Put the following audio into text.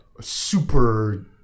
super